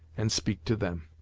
and speak to them.